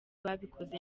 babikoze